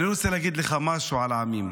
אני רוצה להגיד לך משהו על העמים.